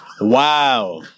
Wow